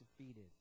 defeated